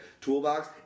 toolbox